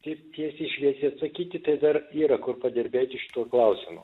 teip tiesiai šviesiai atsakyti tai dar yra kur padirbėti šituo klausimo